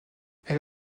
elle